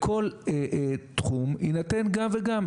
לכל תחום יינתן גם וגם.